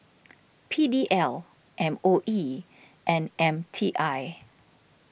P D L M O E and M T I